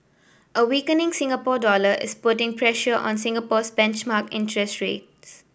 a weakening Singapore dollar is putting pressure on Singapore's benchmark interest rates